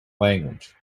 language